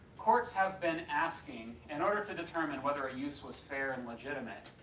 courts have been asking, in order to determine whether a use was fair and legitimate,